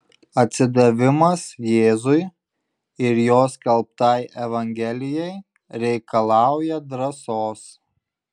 atsidavimas jėzui ir jo skelbtai evangelijai reikalauja drąsos